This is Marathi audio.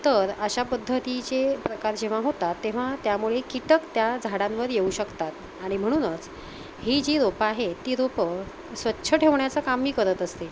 तर अशा पद्धतीचे प्रकार जेव्हा होतात तेव्हा त्यामुळे कीटक त्या झाडांवर येऊ शकतात आणि म्हणूनच ही जी रोपं आहे ती रोपं स्वच्छ ठेवण्याचा काम मी करत असते